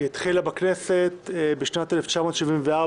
היא התחילה בכנסת בשנת 1974,